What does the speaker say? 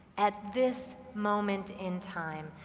at this moment in time,